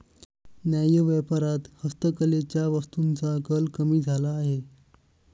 न्याय्य व्यापारात हस्तकलेच्या वस्तूंचा कल कमी झाला आहे